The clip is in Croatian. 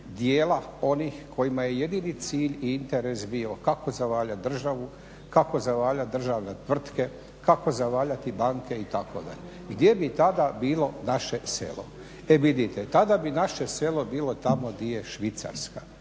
dijela onih kojima je jedini cilj i interes bio kako zavaljat državu, kako zavaljat državne tvrtke, kako zavaljati banke itd. Gdje bi tada bilo naše selo? E vidite, tada bi naše selo bilo tamo di je Švicarska